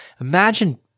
Imagine